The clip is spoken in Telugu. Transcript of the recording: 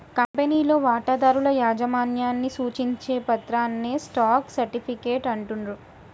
కంపెనీలో వాటాదారుల యాజమాన్యాన్ని సూచించే పత్రాన్నే స్టాక్ సర్టిఫికేట్ అంటుండ్రు